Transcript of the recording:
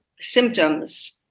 symptoms